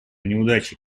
неудачи